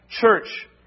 Church